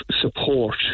support